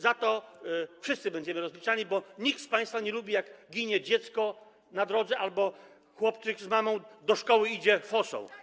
Z tego wszyscy będziemy rozliczani, bo nikt z państwa nie lubi, jak ginie dziecko na drodze albo chłopczyk idzie z mamą do szkoły fosą.